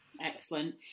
Excellent